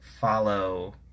follow